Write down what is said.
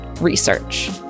research